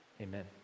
Amen